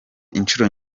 inshuro